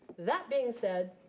that being said,